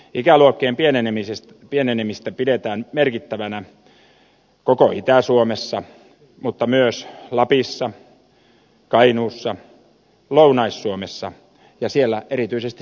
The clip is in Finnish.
ikäluokkien pienenemistä pidetään merkittävänä koko itä suomessa mutta myös lapissa kainuussa lounais suomessa ja siellä erityisesti satakunnassa